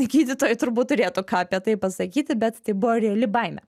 gydytojai turbūt turėtų ką apie tai pasakyti bet tai buvo reali baimė